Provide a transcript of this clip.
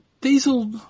Diesel